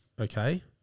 okay